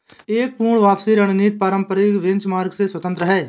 एक पूर्ण वापसी रणनीति पारंपरिक बेंचमार्क से स्वतंत्र हैं